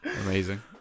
Amazing